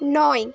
নয়